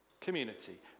community